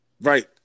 right